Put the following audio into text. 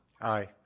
Aye